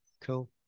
Cool